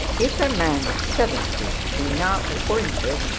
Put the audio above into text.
if a man of seventy be now appointed,